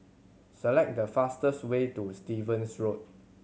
select the fastest way to Stevens Road